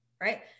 right